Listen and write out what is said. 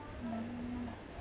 mm